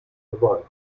geweint